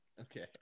Okay